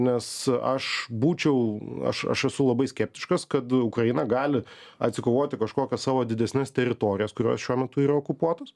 nes aš būčiau aš aš esu labai skeptiškas kad ukraina gali atsikovoti kažkokias savo didesnes teritorijas kurios šiuo metu yra okupuotos